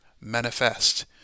manifest